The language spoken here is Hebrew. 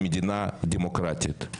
במדינה דמוקרטית.